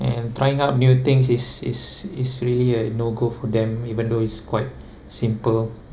and trying out new things is is is really a no go for them even though it's quite simple